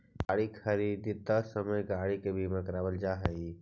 गाड़ी खरीदित समय गाड़ी के बीमा करावल जा हई